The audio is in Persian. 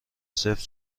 صفر